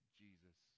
jesus